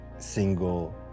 single